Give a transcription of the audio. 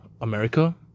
america